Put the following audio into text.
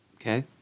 Okay